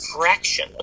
fraction